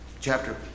Chapter